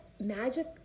magic